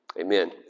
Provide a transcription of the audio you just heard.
Amen